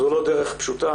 זו לא דרך פשוטה.